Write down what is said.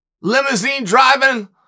limousine-driving